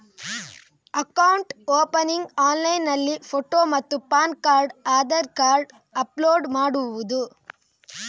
Account opening ಆನ್ಲೈನ್ನಲ್ಲಿ photo ಮತ್ತು PAN card Aadhaar card upload ಮಾಡುವುದು?